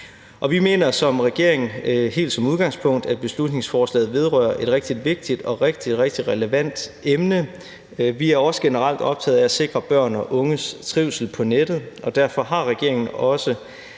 vi mener som regering som udgangspunkt, at beslutningsforslaget vedrører et rigtig vigtigt og rigtig relevant emne. Vi er også generelt optaget af at sikre børns og unges trivsel på nettet, og derfor har regeringen også